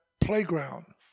playground